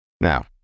Now